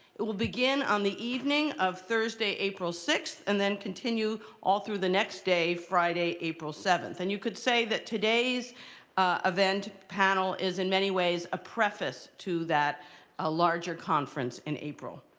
it will begin on the evening of thursday, april sixth and then continue all through the next day, friday, april seventh. and you could say that today's event panel is in many ways a preface to that ah larger conference in april.